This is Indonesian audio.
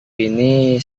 ini